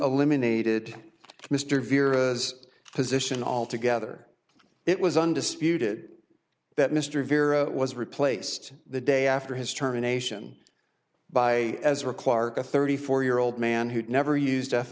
eliminated mr vierra as position all together it was undisputed that mr vierra was replaced the day after his term a nation by as required a thirty four year old man who'd never used